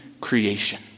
creation